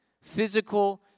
physical